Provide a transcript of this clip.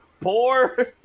poor